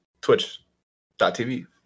twitch.tv